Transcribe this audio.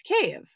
Cave